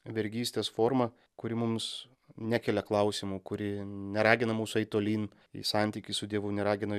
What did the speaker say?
vergystės formą kuri mums nekelia klausimų kuri neragina mūsų eit tolyn į santykį su dievu neragina